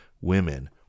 women